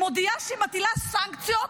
מודיעה שהיא מטילה סנקציות,